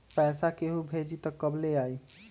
पैसा केहु भेजी त कब ले आई?